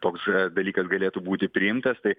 toks dalykas galėtų būti priimtas tai